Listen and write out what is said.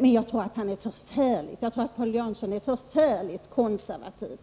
Men jag tror att Paul Jansson är förfärligt konservativ.